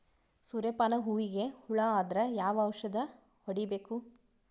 ಸೂರ್ಯ ಪಾನ ಹೂವಿಗೆ ಹುಳ ಆದ್ರ ಯಾವ ಔಷದ ಹೊಡಿಬೇಕು?